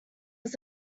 was